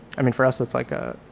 i mean for us it's like a